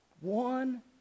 One